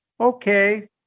okay